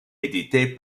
édité